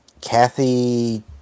Kathy